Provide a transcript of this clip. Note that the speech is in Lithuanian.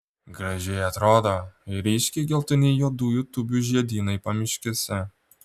gražiai atrodo ir ryškiai geltoni juodųjų tūbių žiedynai pamiškėse